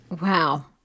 Wow